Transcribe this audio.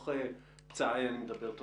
אני מדבר מתוך פצעיי.